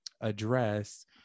address